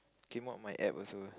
can mop my App also